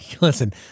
Listen